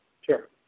sure